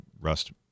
Rust